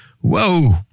Whoa